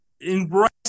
Embrace